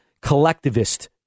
collectivist